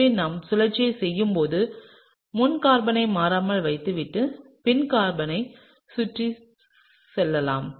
எனவே நாம் சுழற்சியைச் செய்யும்போது முன் கார்பனை மாறாமல் வைத்துவிட்டு பின் கார்பனைச் சுற்றிச் செல்லலாம்